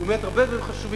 היא אומרת הרבה דברים חשובים,